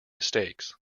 mistakes